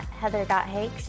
heather.hakes